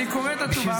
אני קורא את התשובה.